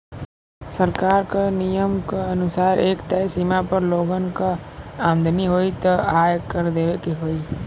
सरकार क नियम क अनुसार एक तय सीमा तक लोगन क आमदनी होइ त आय कर देवे के होइ